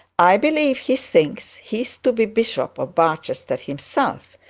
i believe he thinks he is to be bishop of barchester himself,